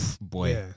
boy